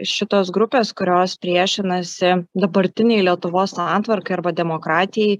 šitos grupės kurios priešinasi dabartinei lietuvos santvarkai arba demokratijai